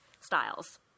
styles